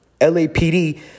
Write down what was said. LAPD